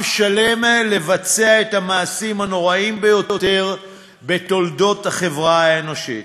עם שלם לבצע את המעשים הנוראים ביותר בתולדות החברה האנושית.